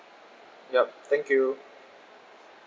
yup thank you